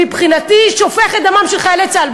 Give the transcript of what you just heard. מבחינתי שופך את דמם של חיילי צה"ל.